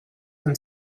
them